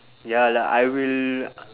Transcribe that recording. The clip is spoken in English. ya lah I will